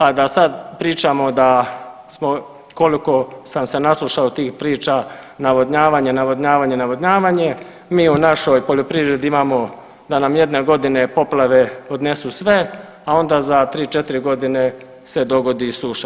A da sad pričamo da smo koliko sam se naslušao tih priča navodnjavanje, navodnjavanje, navodnjavanje, mi u našoj poljoprivredi imamo da nam jedne godine poplave odnesu sve, a onda za tri, četiri godine se dogodi suša.